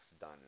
done